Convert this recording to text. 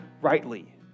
rightly